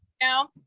now